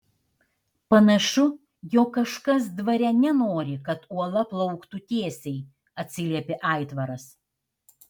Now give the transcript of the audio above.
panašu jog kažkas dvare nenori kad uola plauktų tiesiai atsiliepė aitvaras